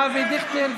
אבי דיכטר,